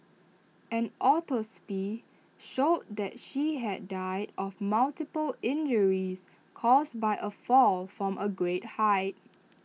an autopsy showed that she had died of multiple injuries caused by A fall from A great height